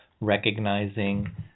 recognizing